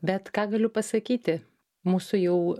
bet ką galiu pasakyti mūsų jau